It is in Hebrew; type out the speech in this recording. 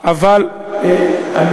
בלימוד תורה.